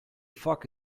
fuck